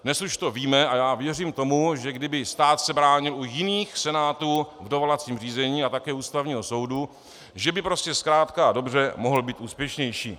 Dnes už to víme a já věřím tomu, že kdyby stát se bránil u jiných senátů v dovolacím řízení a také u Ústavního soudu, že by prostě zkrátka a dobře mohl být úspěšnější.